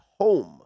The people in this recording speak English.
home